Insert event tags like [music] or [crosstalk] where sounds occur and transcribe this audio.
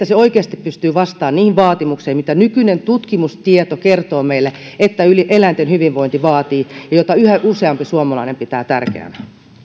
[unintelligible] se oikeasti pystyy vastaamaan niihin vaatimuksiin mitä nykyinen tutkimustieto kertoo meille että eläinten hyvinvointi vaatii ja joita yhä useampi suomalainen pitää tärkeänä